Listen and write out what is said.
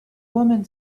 woman